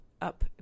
up